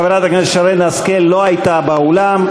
חברת הכנסת שרן השכל לא הייתה באולם,